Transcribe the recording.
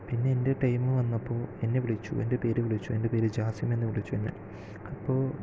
പിന്നെ എൻ്റെ ടൈം വന്നപ്പോ എന്നെ വിളിച്ചു എൻ്റെ പേര് വിളിച്ചു എൻ്റെ പേര് ജാസിം എന്നു വിളിച്ചു അപ്പൊൾ